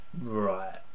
right